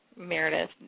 Meredith